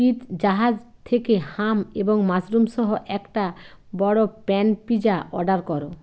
Pizza Hut থেকে ham এবং মাশরুমসহ একটা বড়ো প্যান পিৎজা অর্ডার করো